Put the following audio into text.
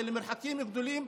זה למרחקים גדולים.